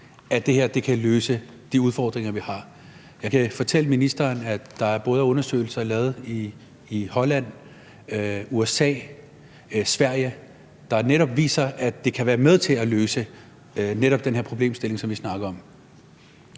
at det her kan løse de udfordringer, vi har. Jeg kan fortælle ministeren, at der er undersøgelser fra både Holland, USA og Sverige, der netop viser, at det kan være med til at løse netop den her problemstilling, som vi snakker om.